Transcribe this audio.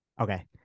Okay